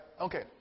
okay